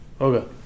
Okay